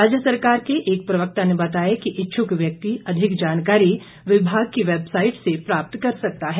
राज्य सरकार के एक प्रवक्ता ने बताया कि इच्छुक व्यक्ति अधिक जानकारी विभाग की वेबसाइट से प्राप्त कर सकता है